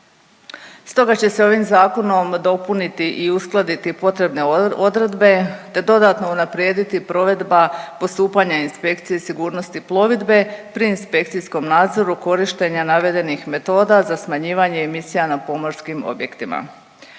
Stoga će se ovim zakonom dopuniti i uskladiti potrebne odredbe te dodatno unaprijediti provedba postupanja inspekcije sigurnosti plovidbe pri inspekcijskom nadzoru korištenja navedenih metoda za smanjivanje emisija na pomorskim objektima.